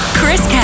Chris